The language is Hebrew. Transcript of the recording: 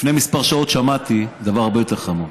לפני כמה שעות שמעתי דבר הרבה יותר חמור.